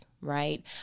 right